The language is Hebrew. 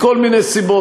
מכל מיני סיבות,